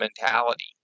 mentality